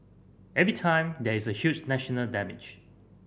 every time there is a huge national damage